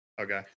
Okay